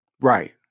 Right